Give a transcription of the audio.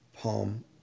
palm